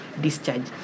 discharge